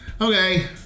Okay